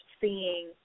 seeing